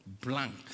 Blank